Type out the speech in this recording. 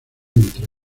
entre